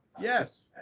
Yes